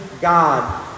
God